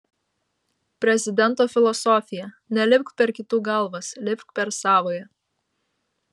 prezidento filosofija nelipk per kitų galvas lipk per savąją